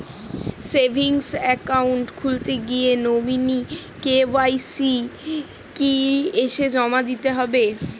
Savings account খুলতে গিয়ে nominee K Y C কি এসে জমা দিতে হবে?